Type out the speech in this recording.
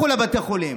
לכו לבתי החולים,